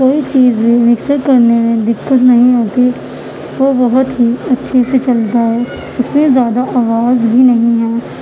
کوئی چیز بھی مکسر کرنے میں دقت نہیں ہوتی وہ بہت ہی اچھے سے چلتا ہے اس میں زیادہ آواز بھی نہیں ہے